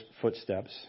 footsteps